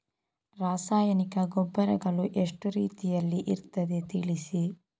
ರಾಸಾಯನಿಕ ಗೊಬ್ಬರಗಳು ಎಷ್ಟು ರೀತಿಯಲ್ಲಿ ಇರ್ತದೆ ತಿಳಿಸಿ?